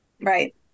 right